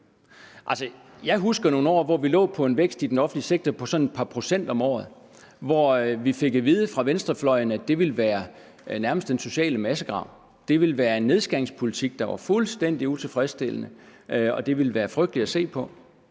jeg husker nogle år, hvor vi lå på en vækst i den offentlige sektor på sådan et par procent om året, og hvor vi fik at vide fra venstrefløjens side, at det ville være nærmest den sociale massegrav. Det ville være en nedskæringspolitik, der var fuldstændig utilfredsstillende, og det ville være frygteligt at se på.